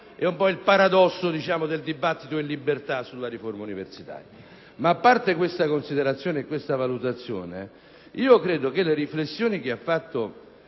]un po’ il paradosso del dibattito in libertasulla riforma universitaria. Ma a parte questa considerazione e valutazione, credo che le riflessioni che ha fatto